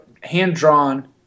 hand-drawn